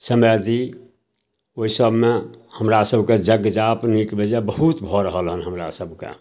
समय दी ओहिसभमे हमरासभके जग जाप नीक बेजाए बहुत भऽ रहल हँ हमरासभके